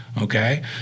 okay